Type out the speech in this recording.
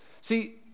See